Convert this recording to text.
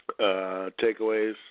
Takeaways